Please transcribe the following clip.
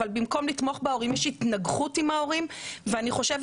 אבל במקום לתמוך בהורים יש התנגחות עם ההורים ואני חושבת